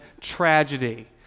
tragedy